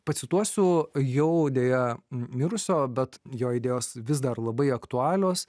pacituosiu jau deja mirusio bet jo idėjos vis dar labai aktualios